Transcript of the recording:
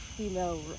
Female